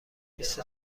بیست